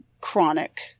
chronic